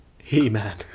He-Man